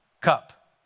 cup